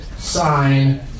sign